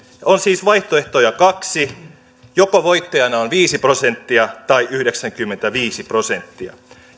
on siis vaihtoehtoja kaksi voittajana on joko viisi prosenttia tai yhdeksänkymmentäviisi prosenttia